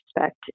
respect